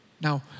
Now